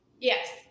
Yes